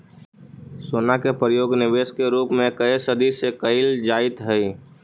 सोना के प्रयोग निवेश के रूप में कए सदी से कईल जाइत हई